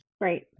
Right